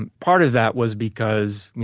and part of that was because, you